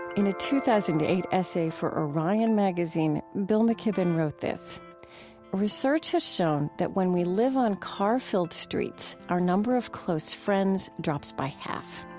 in a two thousand and eight essay for orion magazine, bill mckibben wrote this research has shown that when we live on car-filled streets, our number of close friends drops by half.